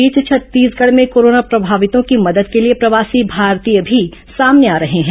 इस बीच छत्तीसगढ़ में कोरोना प्रभावितों की मदद के लिए प्रवासी भारतीय भी सामने आ रहे हैं